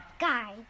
Guy